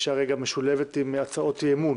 שמשולבת עם הצעות אי-אמון.